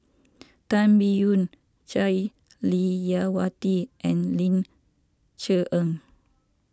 Tan Biyun Jah Lelawati and Ling Cher Eng